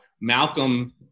Malcolm